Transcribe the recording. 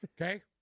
Okay